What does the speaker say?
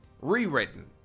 rewritten